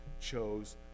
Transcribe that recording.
chose